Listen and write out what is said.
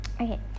Okay